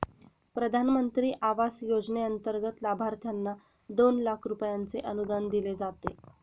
प्रधानमंत्री आवास योजनेंतर्गत लाभार्थ्यांना दोन लाख रुपयांचे अनुदान दिले जाते